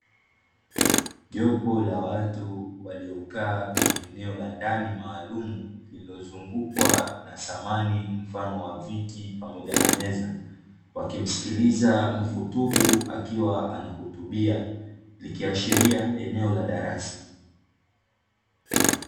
Jopo la watu waliokaa kwenye eneo la ndani maalumu lilozungukwa na samani mfano wa viti pamoja na meza, wakimsikiliza mhutubu akiwa anahutubia; likiashiria eneo la darasa.